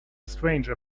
stranger